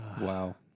Wow